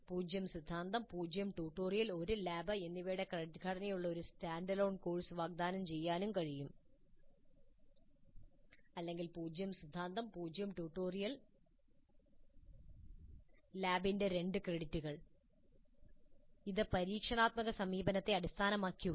0 സിദ്ധാന്തം 0 tutorial 1 lab എന്നിവയുടെ credit ഘടനയുള്ള ഒരു സ്റ്റാൻഡ് എലോൺ കോഴ്സ് വാഗ്ദാനം ചെയ്യാനും കഴിയും അല്ലെങ്കിൽ 0 സിദ്ധാന്തം 0 ട്യൂട്ടോറിയൽ ലാബിന്റെ 2 ക്രെഡിറ്റുകൾ അത് പരീക്ഷണാത്മക സമീപനത്തെ അടിസ്ഥാനമാക്കിയുള്ളതാണ്